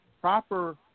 proper